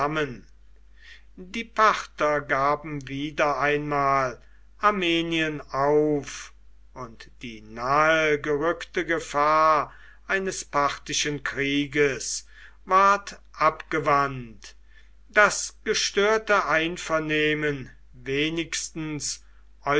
die parther gaben wieder einmal armenien auf und die nahegerückte gefahr eines parthischen krieges ward abgewandt das gestörte einvernehmen wenigstens